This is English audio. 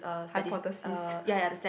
hypothesis